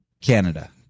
Canada